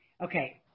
Okay